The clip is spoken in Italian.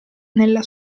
nella